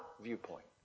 viewpoint